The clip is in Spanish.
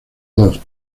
dos